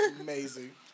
Amazing